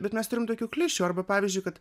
bet mes turim tokių klišių arba pavyzdžiui kad